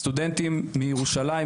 סטודנטים מירושלים,